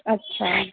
अच्छा